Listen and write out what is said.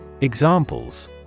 Examples